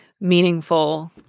meaningful